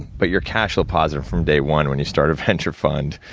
but you're cash positive from day one when you start a venture fund,